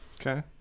Okay